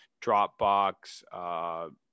dropbox